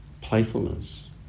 playfulness